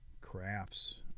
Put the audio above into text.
crafts